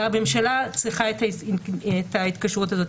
והממשלה צריכה את ההתקשרות הזאת.